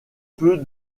peu